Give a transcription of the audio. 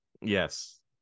Yes